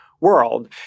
world